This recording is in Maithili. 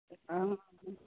हँ